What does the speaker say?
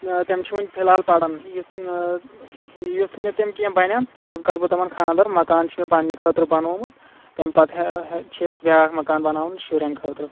تِم چھِ وُنہِ فِلہال پَرن یُتھ نہٕ یُتھ مےٚ تِم کیٚنٛہہ بَنن پَتہٕ کَرٕ بہٕ تِمَن خانٛدَر مَکان چھِ مےٚ پَننہِ خٲطرٕ بَنومُت تمہِ پَتہٕ چھِ اَسہِ بِیاکھ مَکان بَناوُن شُرٮ۪ن خٲطرٕ